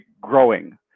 growing